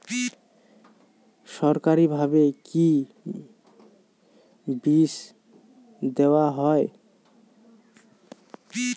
সরকারিভাবে কি বীজ দেওয়া হয়?